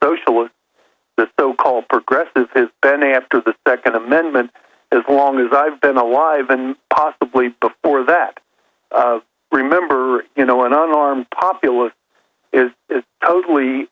socialist the so called progressive has been after the second amendment as long as i've been alive and possibly before that remember you know when an armed populace is totally